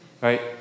right